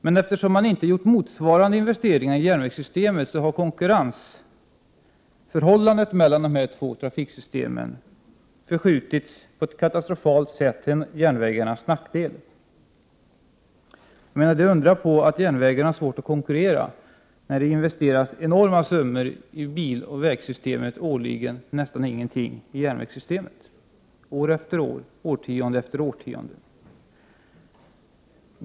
Men eftersom man inte har gjort motsvarande investeringar i järnvägssystemet, har konkurrensförhållandet mellan dessa trafiksystem förskjutits på ett katastrofalt sätt till järnvägarnas nackdel. Det är inte att undra på att järnvägarna har svårt att konkurrera, när det investerats enorma summor i biloch vägsystemet årligen och nästan ingenting i järnvägssystemet — år efter år, årtionde efter årtionde.